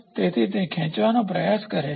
તેથી તે ખેંચવાનો પ્રયાસ કરે છે